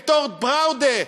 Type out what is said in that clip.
את "אורט בראודה",